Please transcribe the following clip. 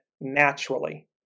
naturally